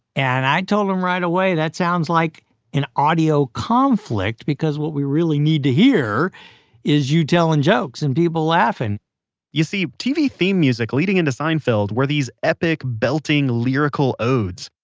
and i told him right away, that sounds like an audio conflict, because what we really need to hear is you telling jokes and people laughing ya see, tv theme music leading into seinfeld were these epic belting lyrical odes.